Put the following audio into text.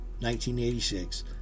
1986